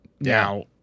Now